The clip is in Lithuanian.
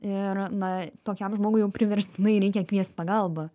ir na tokiam žmogui jau priverstinai reikia kvies pagalbą